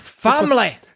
Family